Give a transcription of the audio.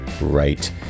right